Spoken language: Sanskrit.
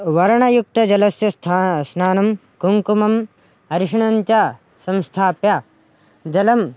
वर्णयुक्तजलस्य स्था स्नानं कुङ्कुमम् अर्षिणञ्च संस्थाप्य जलम्